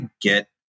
get